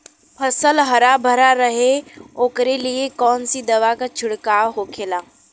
फसल हरा भरा रहे वोकरे लिए कौन सी दवा का छिड़काव होखेला?